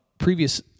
Previous